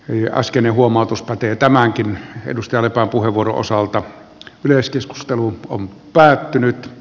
vieraskynä huomautus pätee tämänkin edustalle puhevuoron osalta myös keskustelu on päättynyt